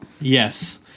Yes